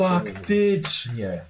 Faktycznie